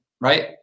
right